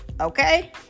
okay